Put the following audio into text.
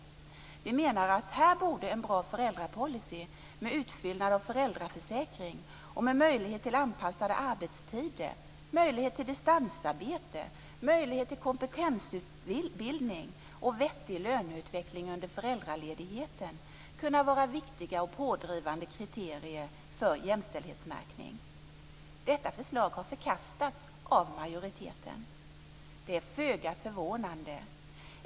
Vi menar att här borde en bra föräldrapolicy med utfyllnad av föräldraförsäkring och med möjlighet till anpassade arbetstider, möjlighet till distansarbete, möjlighet till kompetensutbildning och vettig löneutveckling under föräldraledigheten kunna vara viktiga och pådrivande kriterier för jämställdhetsmärkning. Detta förslag har förkastats av majoriteten. Det är föga förvånande.